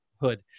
hood